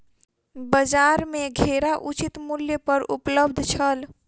बजार में घेरा उचित मूल्य पर उपलब्ध छल